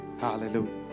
Hallelujah